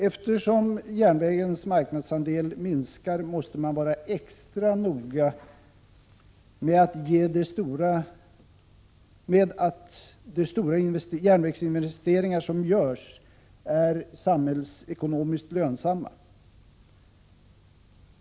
Eftersom järnvägens marknadsandel minskar, måste man vara extra noga med att se till att de stora järnvägsinvesteringar som görs är samhällsekonomiskt lönsamma.